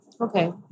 Okay